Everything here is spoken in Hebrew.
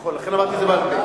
נכון, לכן אמרתי את זה בעל-פה.